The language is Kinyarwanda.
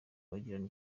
bagirana